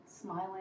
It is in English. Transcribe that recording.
smiling